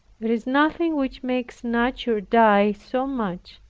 there is nothing which makes nature die so much,